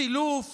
סילוף